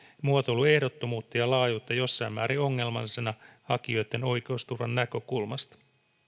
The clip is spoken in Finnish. muotoilun ehdottomuutta ja laajuutta jossain määrin ongelmallisena hakijoitten oikeusturvan näkökulmasta